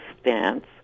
stance